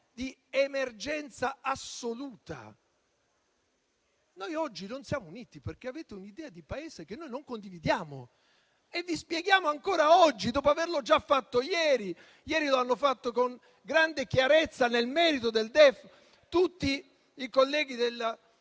di emergenza assoluta. Noi oggi non siamo uniti, perché avete un'idea di Paese che noi non condividiamo e ve lo spieghiamo ancora oggi, dopo averlo già fatto ieri (lo hanno fatto con grande chiarezza nel merito del DEF tutti i colleghi del